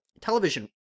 television